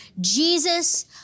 Jesus